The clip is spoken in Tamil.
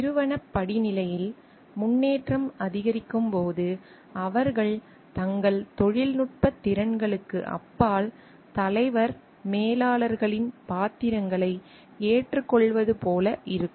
நிறுவனப் படிநிலையில் முன்னேற்றம் அதிகரிக்கும் போது அவர்கள் தங்கள் தொழில்நுட்பத் திறன்களுக்கு அப்பால் தலைவர் மேலாளர்களின் பாத்திரங்களை ஏற்றுக்கொள்வது போல இருக்கும்